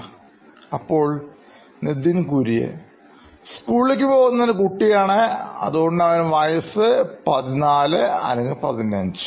Nitin Kurian COO നോയിൻ electronics സ്കൂളിലേക്ക് പോകുന്ന ഒരു കുട്ടിയാണ് അതുകൊണ്ട് അവന് വയസ്സ് 14 അല്ലെങ്കിൽ 15